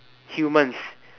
humans